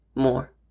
More